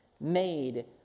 made